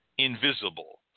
Invisible